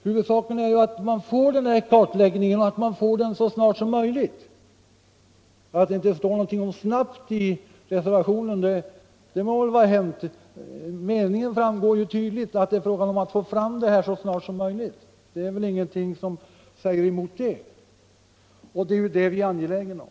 Huvudsaken är att man får denna kartläggning så snabbt som möjligt. Att det inte står någonting om snabbt i reservationen må vara hänt. Det framgår dock tydligt att det gäller att få fram undersökningen så snabbt som möjligt. Ingenting motsäger detta. Det är vi angelägna om.